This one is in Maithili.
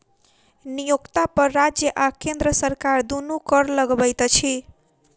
नियोक्ता पर राज्य आ केंद्र सरकार दुनू कर लगबैत अछि